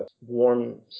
warm